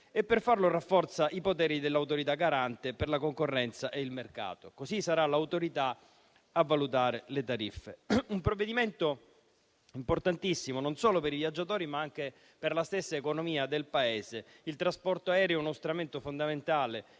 Per farlo si rafforzano i poteri dell'Autorità garante per la concorrenza e il mercato, che valuterà in tal modo le tariffe. Si tratta di un provvedimento importantissimo non solo per i viaggiatori ma anche per la stessa economia del Paese. Il trasporto aereo è uno strumento fondamentale